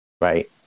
right